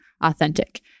authentic